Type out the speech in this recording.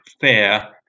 fair